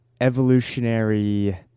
evolutionary